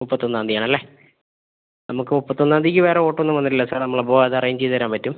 മുപ്പത്തിയൊന്നാം തീയതി ആണല്ലേ നമുക്ക് മുപ്പത്തിയൊന്നാം തീയതിക്ക് വേറെ ഓട്ടം ഒന്നും വന്നിട്ടില്ല സാർ നമ്മൾ അപ്പോൾ അത് അറേഞ്ച് ചെയ്തുതരാൻ പറ്റും